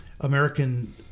American